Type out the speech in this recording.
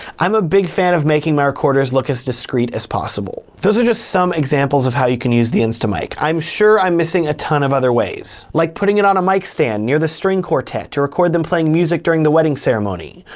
i'm a big fan of making my recorders looking as discrete as possible. those are just some examples of how you can use the instamic. i'm sure i'm missing a ton of other ways. like putting it on a mic stand near the string quartet, to record them playing music during the wedding ceremony.